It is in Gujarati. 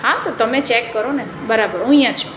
હા તો તમે ચેક કરો ને બરાબર હું અહીંયા જ છું